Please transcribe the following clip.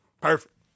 Perfect